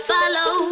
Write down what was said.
Follow